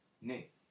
Nick